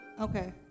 Okay